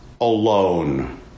alone